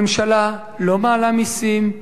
הממשלה לא מעלה מסים,